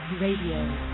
Radio